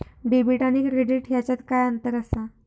Debit आणि credit ह्याच्यात काय अंतर असा?